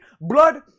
blood